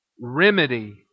remedy